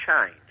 change